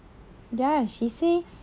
ya she say